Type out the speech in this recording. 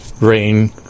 rain